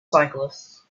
cyclists